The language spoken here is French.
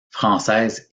française